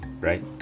right